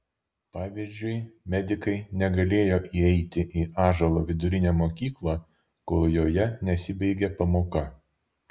pavyzdžiui medikai negalėjo įeiti į ąžuolo vidurinę mokyklą kol joje nesibaigė pamoka